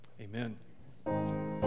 Amen